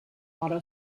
auto